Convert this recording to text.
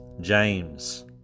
James